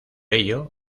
ello